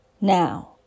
Now